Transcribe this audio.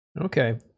Okay